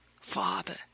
Father